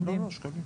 מדהים.